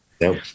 Nope